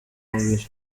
mubiri